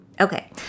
Okay